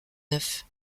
neuf